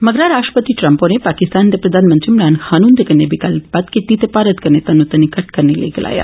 मगरा राष्ट्रपति ट्रंप होरे पाकिस्तान दे प्रधानमंत्री इमरान खान हुन्दे कन्नै बी गल्लबात कीत्ती ते भारत कन्नै तन्नोतन्नी घट्ट करने लेई गलाया